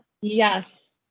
yes